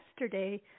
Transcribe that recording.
yesterday